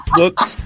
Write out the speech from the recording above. looks